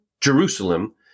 jerusalem